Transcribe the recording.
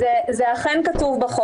זה אכן כתוב.